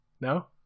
No